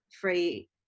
free